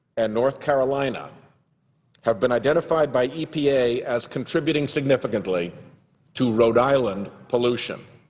and north carolina have been identified by e p a. as contributing significantly to rhode island pollution.